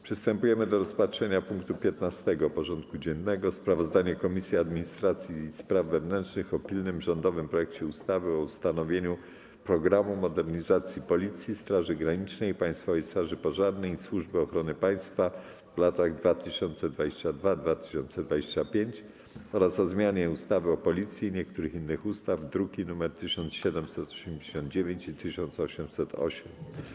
Przystępujemy do rozpatrzenia punktu 15. porządku dziennego: Sprawozdanie Komisji Administracji i Spraw Wewnętrznych o pilnym rządowym projekcie ustawy o ustanowieniu „Programu modernizacji Policji, Straży Granicznej, Państwowej Straży Pożarnej i Służby Ochrony Państwa w latach 2022-2025” oraz o zmianie ustawy o Policji i niektórych innych ustaw (druki nr 1789 i 1808)